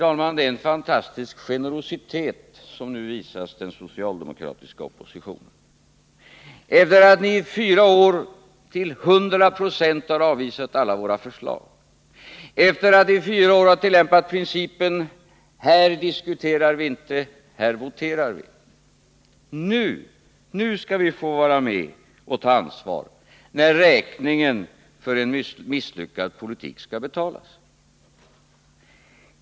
Det är en fantastisk generositet som nu visas den socialdemokratiska oppositionen sedan ni i fyra år till 100 96 har avvisat alla våra förslag, sedan ni i fyra år har tillämpat principen: Här diskuterar vi inte, här voterar vi! Nu skall vi få vara med och ta ansvaret — nu, när räkningen för en misslyckad politik skall betalas.